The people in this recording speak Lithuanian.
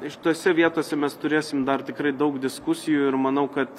šitose vietose mes turėsim dar tikrai daug diskusijų ir manau kad